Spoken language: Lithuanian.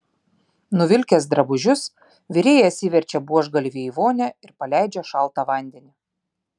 nuvilkęs drabužius virėjas įverčia buožgalvį į vonią ir paleidžia šaltą vandenį